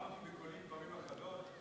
אמרתי בקולי פעמים אחדות,